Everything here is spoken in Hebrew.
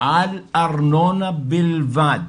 על ארנונה בלבד,